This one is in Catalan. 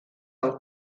del